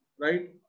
right